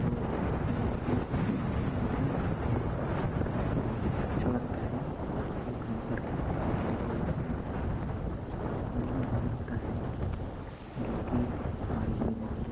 तो वह एक सहम भोज्य मिलती है हमको बहुत अच्छा लगता है यह काम करके और बहुत सी मिलता है जो कि हमारे लिए बहुत